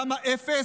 למה אפס?